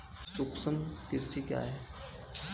सूक्ष्म कृषि क्या है?